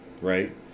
Right